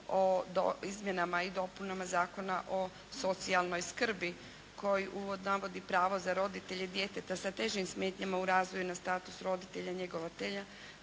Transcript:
o izmjenama i dopunama Zakona o socijalnoj skrbi koji navodi pravo za roditelje djeteta sa težim smetnjama u razvoju na status roditelja njegovatelja,